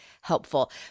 helpful